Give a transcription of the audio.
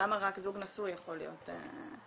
למה רק זוג נשוי יכול להיות --- לא,